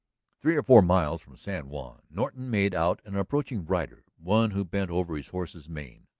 three or four miles from san juan norton made out an approaching rider, one who bent over his horse's mane,